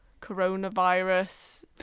coronavirus